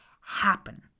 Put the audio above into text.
happen